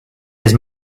his